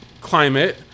climate